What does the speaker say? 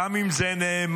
גם אם זה נאמר